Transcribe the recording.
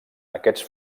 aquests